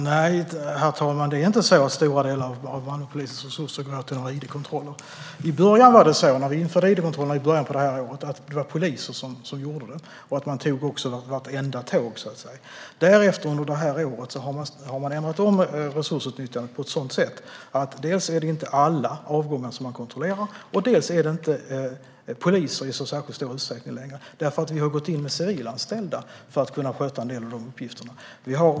Herr talman! Det är inte så att stora delar av Malmöpolisens resurser går åt till att göra id-kontroller. När vi införde kontrollerna i början av året var det poliser som gjorde dem. Man tog också vartenda tåg. Senare under året har man ändrat resursutnyttjandet så att dels kontrolleras inte alla avgångar, dels är det inte i så stor utsträckning poliser som gör kontrollerna. Vi har gått in med civilanställda som ska sköta dessa uppgifter.